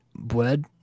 Bread